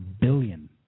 billion